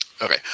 Okay